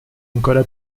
ancora